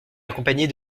accompagnée